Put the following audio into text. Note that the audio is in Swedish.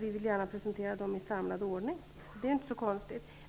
vi vill gärna presentera dem i samlad ordning; det är ju inte så konstigt.